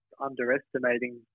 underestimating